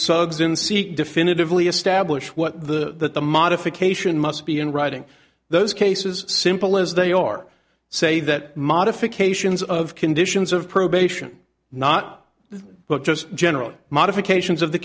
in seek definitively establish what the the modification must be in writing those cases simple as they are say that modifications of conditions of probation not but just general modifications of the